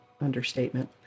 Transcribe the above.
understatement